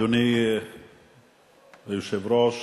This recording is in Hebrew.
אדוני היושב-ראש,